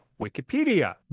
Wikipedia